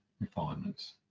refinements